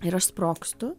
ir aš sprogstu